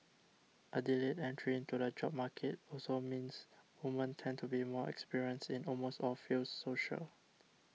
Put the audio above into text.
a delayed entry into the job market also means women tend to be more experienced in almost all fields social